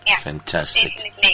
Fantastic